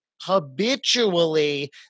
habitually